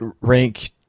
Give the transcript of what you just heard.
rank